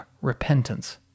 repentance